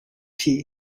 tea